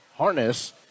Harness